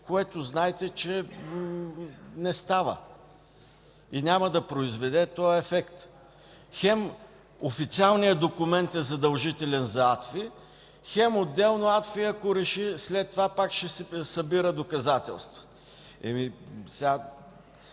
което знаете, че не става и няма да произведе този ефект – хем официалният документ е задължителен за АДФИ, хем отделно, АДФИ ако реши, след това пак ще си събира доказателства.